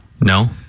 no